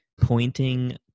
pointing